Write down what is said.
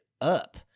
up